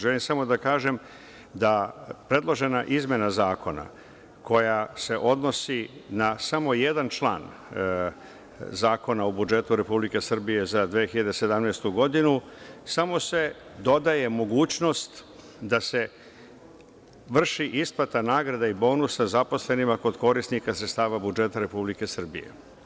Želim samo da kažem da predložena izmena zakona, koja se odnosi na samo jedan član Zakona o budžetu Republike Srbije za 2017. godinu, samo se dodaje mogućnost da se vrši isplati nagrada i bonusa zaposlenima kod korisnika sredstava budžeta Republike Srbije.